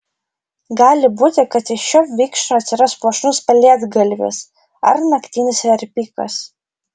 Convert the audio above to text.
gali būti kad iš šio vikšro atsiras puošnus pelėdgalvis ar naktinis verpikas